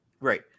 Right